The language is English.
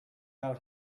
out